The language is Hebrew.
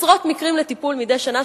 עשרות מקרים לטיפול מדי שנה.